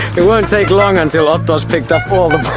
it won't take long until otto has picked up all